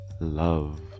love